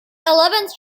eleventh